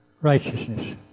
Righteousness